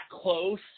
close